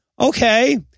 Okay